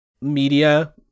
media